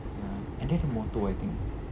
ya and dia ada motor I think